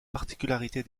particularité